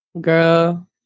Girl